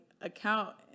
account